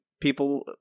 people